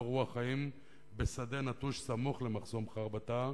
רוח חיים בשדה נטוש סמוך למחסום חרבתה,